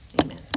Amen